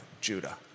Judah